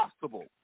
possible